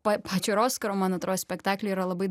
pačio oskaro man atrodo spektakly yra labai